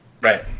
Right